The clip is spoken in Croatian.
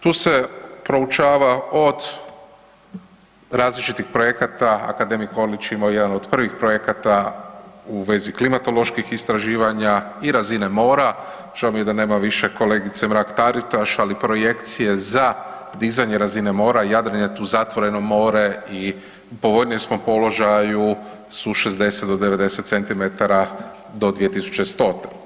Tu se proučava od različitih projekata, akademik ... imao je jedan od prvih projekata u vezi klimatoloških istraživanja i razine mora, žao mi je da nema više kolegice Mrak-Taritaš, ali projekcije za dizanje razine mora, Jadran je tu zatvoreno more i u povoljnijem smo položaju su 60 do 90 cm do 2100.